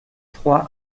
trois